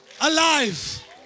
alive